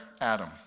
Adam